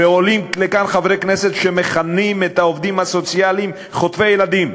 ועולים לכאן חברי כנסת שמכנים את העובדים הסוציאליים "חוטפי ילדים".